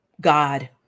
God